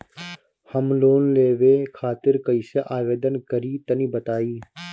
हम लोन लेवे खातिर कइसे आवेदन करी तनि बताईं?